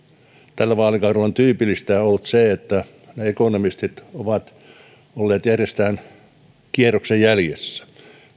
tällä vaalikaudella on tyypillistä ollut se että ekonomistit ovat olleet järjestäen kierroksen jäljessä